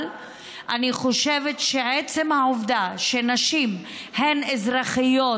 אבל אני חושבת שעצם העובדה שנשים הן אזרחיות